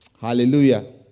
Hallelujah